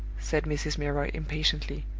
said mrs. milroy, impatiently.